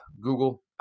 Google